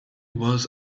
was